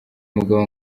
mugabo